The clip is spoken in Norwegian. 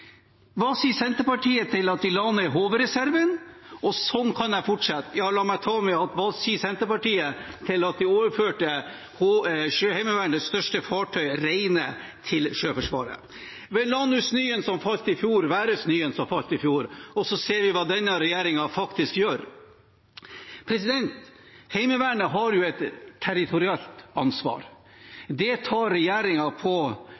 Hva sier Senterpartiet til at de la ned HV-reserven? Og sånn kan jeg fortsette. Ja, la meg ta med dette: Hva sier Senterpartiet til at de overførte Sjøheimevernets største fartøy, Reine, til Sjøforsvaret? Vel, la nå snøen som falt i fjor, være snøen som falt i fjor, og så ser vi hva denne regjeringen faktisk gjør. Heimevernet har jo et territorielt ansvar. Det tar regjeringen på